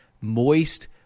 moist